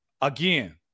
Again